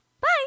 Bye